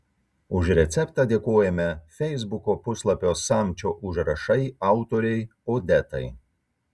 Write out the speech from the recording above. už receptą dėkojame feisbuko puslapio samčio užrašai autorei odetai